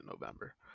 november